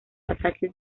ataques